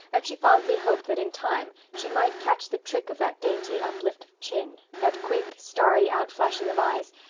and she fondly hoped that in time she might catch the trick of that dainty uplift of chin, that quick, starry outflashing of eyes,